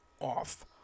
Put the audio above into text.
off